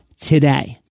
today